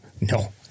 No